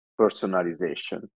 personalization